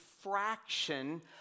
fraction